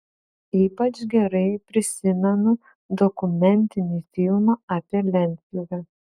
ypač gerai prisimenu dokumentinį filmą apie lentpjūvę